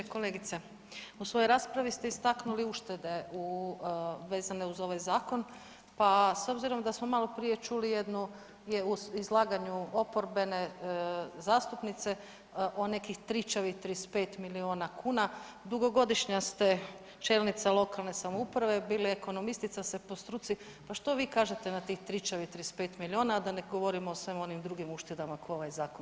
Kolegice, u svojoj raspravi ste istaknuli uštede u, vezane uz ovaj zakon, pa s obzirom da smo maloprije čuli jednu, u izlaganju oporbene zastupnice o nekih tričavih 35 milijuna kuna, dugogodišnja ste čelnica lokalne samouprave, bili ekonomistica ste po struci, pa što vi kažete na tih tričavih 35 milijuna, a da ne govorim o svim onim drugim uštedama koje ovaj zakon donosi.